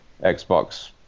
Xbox